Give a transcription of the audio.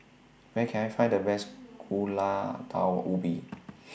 Where Can I Find The Best Gulai Daun Ubi